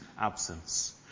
absence